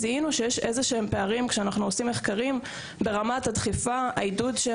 זיהינו שיש פערים ברמת הדחיפה והעידוד.